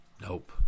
Nope